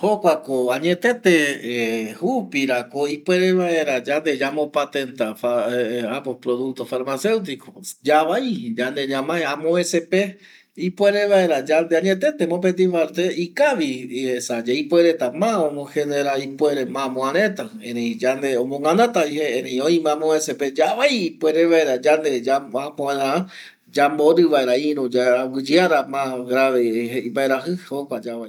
Jokua ko añete jupirako ipuere vaera yande ñamo patenta producto farmaceutico, yavai yande ñamae amopevece pe ipuere vaera añetete mopeti parte ikavi esa ipuere ma omo genera kua reta erëi yande ñamogänata vi je, erëi oime amopevece yande yavai ipuere vaera yande yamborɨ vaera ïru ani vaerama grave imbaerajɨ, jokua yavai